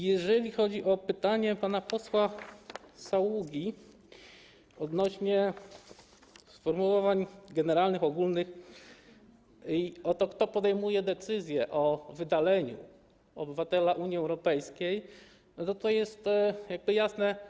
Jeżeli chodzi o pytanie pana posła Saługi odnośnie do sformułowań generalnych, ogólnych i o to, kto podejmuje decyzje o wydaleniu obywatela Unii Europejskiej, to jest to jasne.